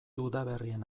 udaberrien